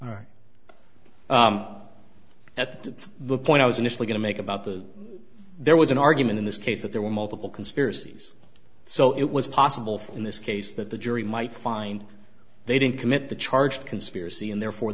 all right at the point i was initially going to make about the there was an argument in this case that there were multiple conspiracies so it was possible for in this case that the jury might find they didn't commit the charge conspiracy and therefore